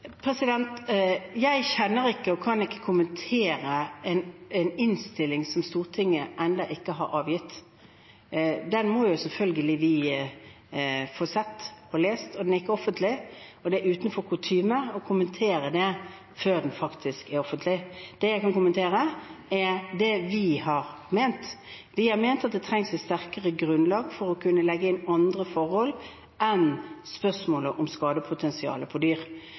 Jeg kjenner ikke og kan ikke kommentere en innstilling som Stortinget ennå ikke har avgitt. Den må vi selvfølgelig få lest. Den er ikke offentlig, og det er utenfor kutyme å kommentere den før den faktisk er offentlig. Det jeg kan kommentere, er det vi har ment: Vi har ment at det trengs et sterkere grunnlag for å kunne legge inn andre forhold enn spørsmålet om skadepotensialet for dyr.